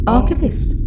Archivist